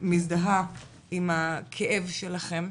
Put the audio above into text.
מזדהה עם הכאב שלכן.